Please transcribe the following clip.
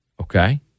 Okay